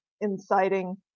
inciting